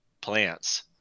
plants